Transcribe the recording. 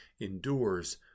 endures